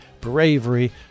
bravery